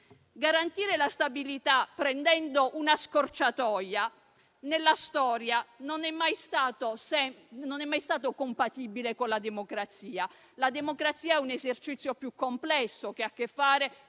Garantire la stabilità prendendo una scorciatoia nella storia non è mai stato compatibile con la democrazia, la democrazia è un esercizio più complesso che ha a che fare